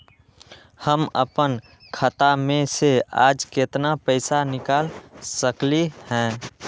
हम अपन खाता में से आज केतना पैसा निकाल सकलि ह?